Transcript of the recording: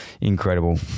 incredible